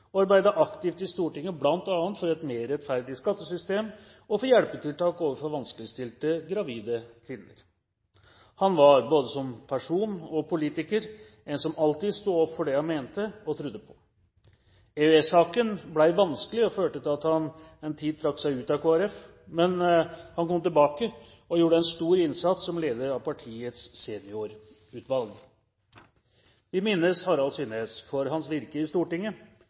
og arbeidet aktivt i Stortinget bl.a. for et mer rettferdig skattesystem og for hjelpetiltak overfor vanskeligstilte gravide kvinner. Han var, både som person og som politiker, en som alltid sto opp for det han mente og trodde på. EØS-saken ble vanskelig og førte til at han en tid trakk seg ut av Kristelig Folkeparti, men han kom tilbake og gjorde en stor innsats som leder av partiets seniorutvalg. Vi minnes Harald Synnes for hans virke i Stortinget